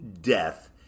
death